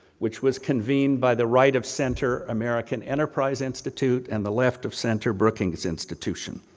which was convened by the rite of center american enterprise institute, and the left of center brookings institution.